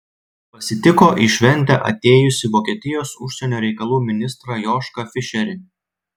pasitiko į šventę atėjusį vokietijos užsienio reikalų ministrą jošką fišerį